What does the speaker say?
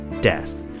death